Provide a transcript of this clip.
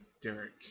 Derek